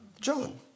John